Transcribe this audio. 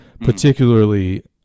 particularly